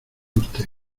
usted